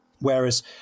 Whereas